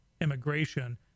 immigration